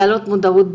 להנהלת הוועדה,